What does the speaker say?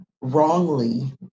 wrongly